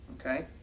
Okay